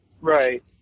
right